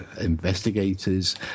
investigators